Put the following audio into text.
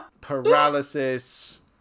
Paralysis